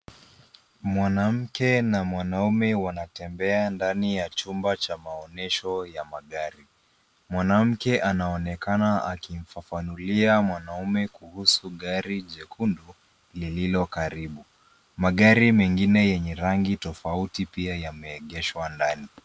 Mwanamke na mwanaume wanatembea ndani ya chumba cha maonesho ya magari. Mwanamke anaonekana akimfafanulia mwanaume kuhusu gari jekundu lililo karibu. Magari mengine yenye rangi tofauti pia yameegeshwa ndani.